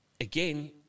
Again